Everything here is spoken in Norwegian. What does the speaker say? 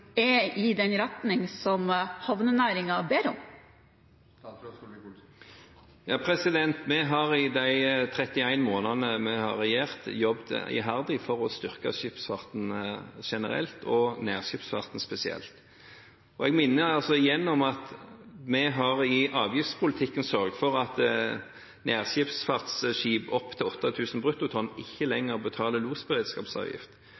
er i den retning som havnenæringen ber om? Vi har i de 31 månedene vi har regjert, jobbet iherdig for å styrke skipsfarten generelt, og nærskipsfarten spesielt. Jeg minner igjen om at vi i avgiftspolitikken har sørget for at nærskipsfartsskip opp til 8 000 bruttotonn ikke